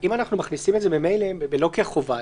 אם אנחנו מכניסים את זה במילא לא כחובה,